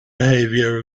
behaviour